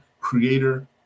creator